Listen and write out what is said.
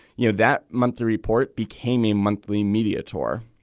you know that month the report became a monthly media tour.